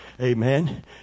Amen